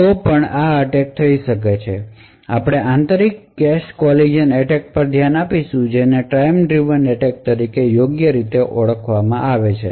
તેથી હવે આપણે આંતરિક કેશ કોલીજન એટેક પર ધ્યાન આપીશું જેને ટાઇમ ડ્રીવન એટેક તરીકે યોગ્ય રીતે ઓળખાય છે